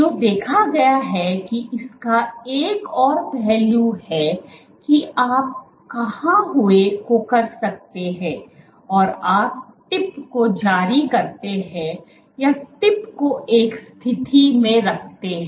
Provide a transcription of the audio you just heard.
जो देखा गया है कि इसका एक और पहलू है की आप कहां हुए को कर सकते हैं और आप टिप को जारी करते हैं या टिप को एक स्थिति में रखते हैं